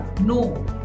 No